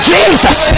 Jesus